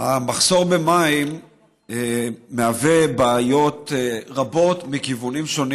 המחסור במים יוצר בעיות רבות מכיוונים שונים.